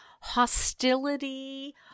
hostility